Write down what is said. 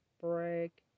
break